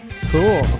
Cool